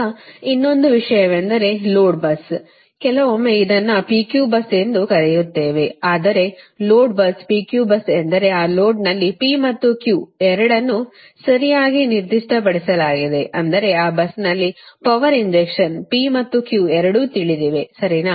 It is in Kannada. ಈಗ ಇನ್ನೊಂದು ವಿಷಯವೆಂದರೆ ಲೋಡ್ bus ಕೆಲವೊಮ್ಮೆ ಇದನ್ನು P Q bus ಎಂದು ಕರೆಯುತ್ತೇವೆ ಅಂದರೆ load bus P Q bus ಎಂದರೆ ಆ ಲೋಡ್ನಲ್ಲಿ P ಮತ್ತು Q ಎರಡನ್ನೂ ಸರಿಯಾಗಿ ನಿರ್ದಿಷ್ಟಪಡಿಸಲಾಗಿದೆ ಅಂದರೆ ಆ busನಲ್ಲಿ ಪವರ್ ಇಂಜೆಕ್ಷನ್ P ಮತ್ತು Q ಎರಡೂ ತಿಳಿದಿವೆ ಸರಿನಾ